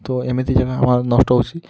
ତ ଏମିତି ଜାଗା ଆମର ନଷ୍ଟ ହେଉଛି